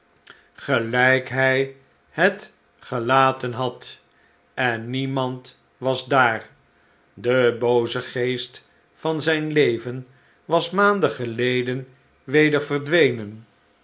hy het gelaten had en niemand was daar de booze geest van zijn leven was maanden geleden weder verdwenen